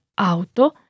auto